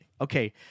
okay